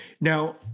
now